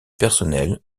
personnel